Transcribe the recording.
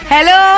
Hello